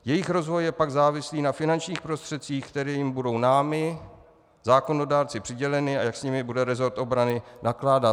Jejich rozvoj je pak závislý na finančních prostředcích, které jim budou námi zákonodárci přiděleny, a jak s nimi bude resort obrany nakládat.